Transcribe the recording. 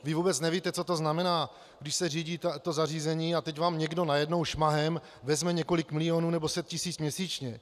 Vy vůbec nevíte, co to znamená, když se řídí to zařízení a teď vám někdo najednou šmahem vezme několik milionů nebo set tisíc měsíčně.